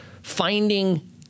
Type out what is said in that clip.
finding